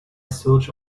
search